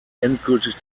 endgültig